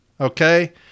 Okay